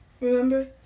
remember